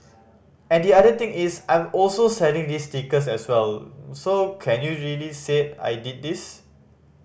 and the other thing is I'm also selling these stickers as well so can you really say I did these